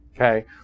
Okay